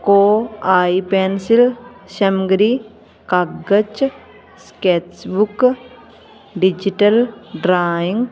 ਕੋ ਆਈ ਪੈਨਸਿਲ ਸਮਗਰੀ ਕਾਗਜ ਸਕੈਚ ਬੁੱਕ ਡਿਜੀਟਲ ਡਰਾਇੰਗ